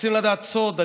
רוצים לדעת סוד?